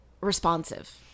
responsive